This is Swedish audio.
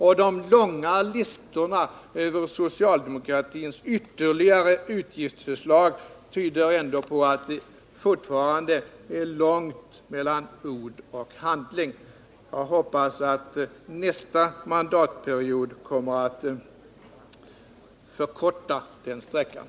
De långa listorna över socialdemokratins ytterligare utgiftsförslag tyder ändå på att det fortfarande är långt mellan ord och handling. Jag hoppas att nästa mandatperiod kommer att förkorta den sträckan.